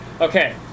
Okay